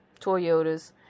toyotas